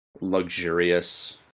luxurious